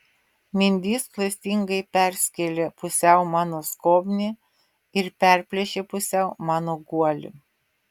mindys klastingai perskėlė pusiau mano skobnį ir perplėšė pusiau mano guolį